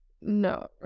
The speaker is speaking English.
no